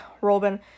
Robin